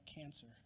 cancer